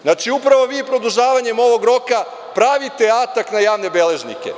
Znači, upravo vi produžavanjem ovog roka pravite atak na javne beležnike.